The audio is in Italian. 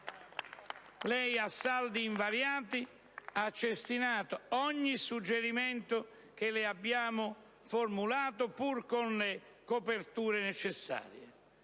Lei, a saldi invariati, ha cestinato ogni suggerimento che le abbiamo formulato, pur con le coperture necessarie.